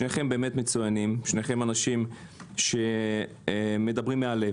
שניכם מצוינים, שניכם אנשים שמדברים מהלב.